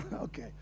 okay